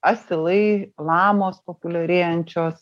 asilai lamos populiarėjančios